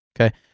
Okay